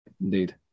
Indeed